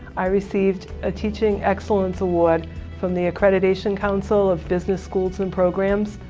i received a teaching excellence award from the accreditation council of business schools and programs.